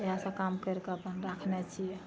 इहए सब काम करिके अपन राखने छियै